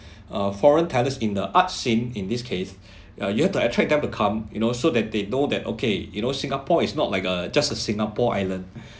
uh foreign talents in the arts scene in this case uh you have to attract them to come you know so that they know that okay you know singapore is not like a just a singapore island